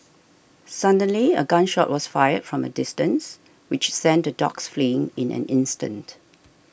suddenly a gun shot was fired from a distance which sent the dogs fleeing in an instant